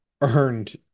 earned